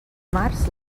març